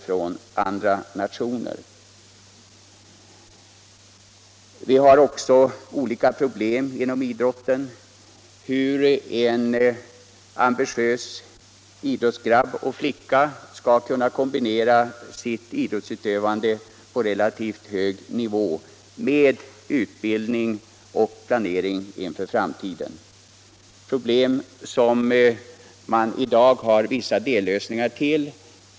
Vi har olika problem inom idrotten, t.ex. hur en ambitiös idrottsgrabb och idrottsflicka skall kunna kombinera sitt idrottsutövande på relativt hög nivå med utbildning och planering inför framtiden. På detta problem har man i dag funnit vissa dellösningar.